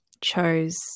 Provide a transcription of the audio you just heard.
chose